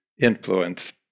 influence